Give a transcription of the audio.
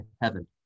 heaven